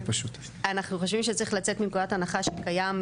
אנחנו חושבים שצריך לצאת מנקודת הנחה שקיים,